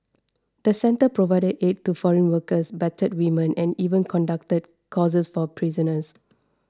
the centre provided aid to foreign workers battered women and even conducted courses for prisoners